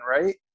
right